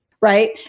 Right